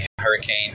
Hurricane